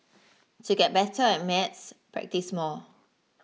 to get better at maths practise more